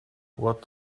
what